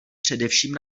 především